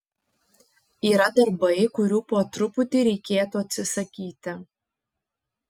yra darbai kurių po truputį reikėtų atsisakyti